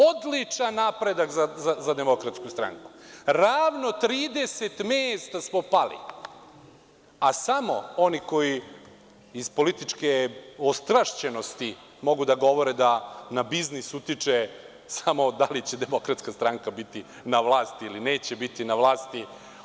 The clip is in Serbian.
Odličan napredak za DS, ravno 30 mesta smo pali, a oni samo iz političke ostrašćenosti mogu da govore da na biznis utiče samo da li će DS biti na vlasti ili neće biti na vlasti.